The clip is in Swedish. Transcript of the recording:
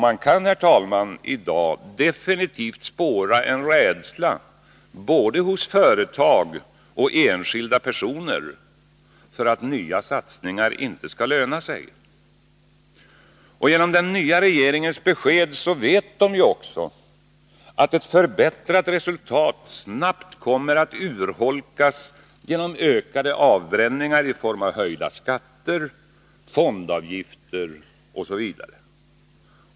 Man kan i dag definitivt spåra en rädsla hos både företag och enskilda personer för att nya satsningar inte skall löna sig. Genom den nya regeringens besked vet de ju att ett förbättrat resultat snabbt kommer att urholkas genom ökade avbränningar i form av höjda skatter, fondavgifter osv.